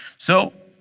so,